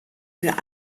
für